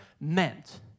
meant